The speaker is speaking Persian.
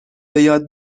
بیاد